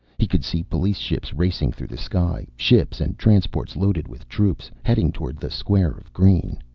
he could see police ships racing through the sky, ships and transports loaded with troops, heading toward the square of green.